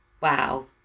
Wow